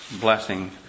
blessing